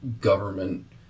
government